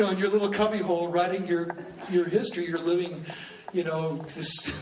ah and your little cubbyhole, writing your your history, you're living you know this,